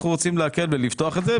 אנחנו רוצים להקל ולפתוח את זה,